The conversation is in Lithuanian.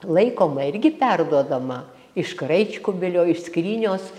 laikoma irgi perduodama iš kraičkubilio iš skrynios